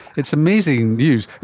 it's amazing views.